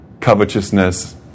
covetousness